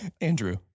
Andrew